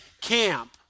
camp